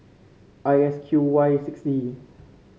I S Q Y six Z